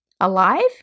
Alive